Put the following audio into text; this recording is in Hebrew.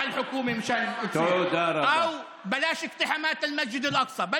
אולי כך, כדי